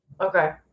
Okay